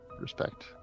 respect